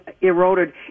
eroded